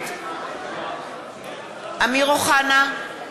נגד אמיר אוחנה,